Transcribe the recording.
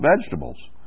vegetables